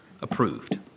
approved